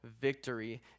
victory